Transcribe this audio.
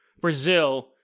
Brazil